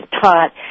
taught